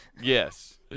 Yes